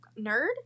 nerd